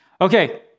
Okay